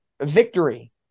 victory